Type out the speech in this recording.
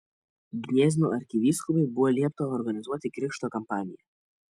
gniezno arkivyskupui buvo liepta organizuoti krikšto kampaniją